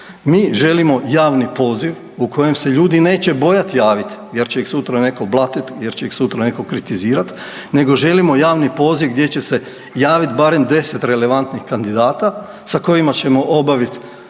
Mi želimo javni poziv u kojem se ljudi neće bojati javiti jer će ih sutra netko blatiti, jer će ih sutra netko kritizirati nego želimo javni poziv gdje će se javiti barem 10 relevantnih kandidata sa kojima ćemo obaviti